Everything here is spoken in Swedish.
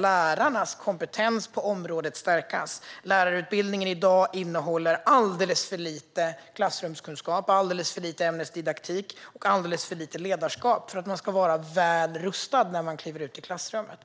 Lärarnas kompetens på området behöver stärkas. Lärarutbildningen innehåller i dag alldeles för lite klassrumskunskap, alldeles för lite ämnesdidaktik och alldeles för lite ledarskap för att man ska vara väl rustad när man kliver in i klassrummet.